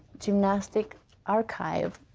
gymnastic archive.